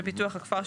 ופיתוח הכפר,